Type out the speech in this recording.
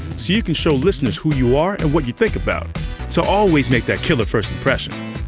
so you can show listeners who you are and what you think about to always make that killer first impression.